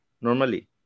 normally